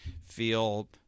feel